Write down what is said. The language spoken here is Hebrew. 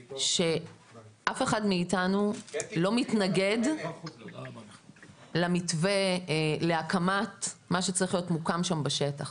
שאף אחד מאיתנו לא מתנגד למתווה להקמת מה שצריך להיות מוקם שם בשטח.